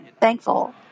thankful